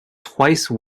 twice